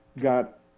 got